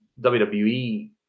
WWE